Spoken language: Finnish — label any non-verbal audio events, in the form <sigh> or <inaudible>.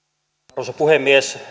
arvoisa puhemies <unintelligible>